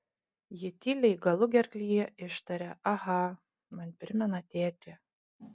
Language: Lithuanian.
ji tyliai galugerklyje ištaria aha man primena tėtį